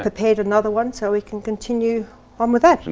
prepared another one so we can continue on with that. and